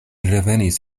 revenis